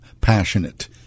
passionate